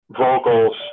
vocals